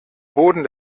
boden